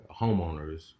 homeowners